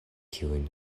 kiuj